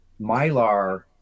mylar